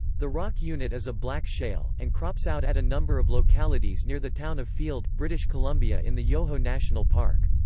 the rock unit is a black shale, and crops out at a number of localities near the town of field, british columbia in the yoho national park.